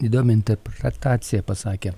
įdomią interpretaciją pasakė